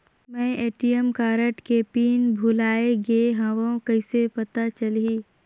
मैं ATM card के pin भुलाए गे हववं कइसे पता चलही?